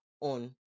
on